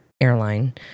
airline